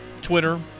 Twitter